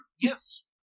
Yes